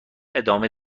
ادامه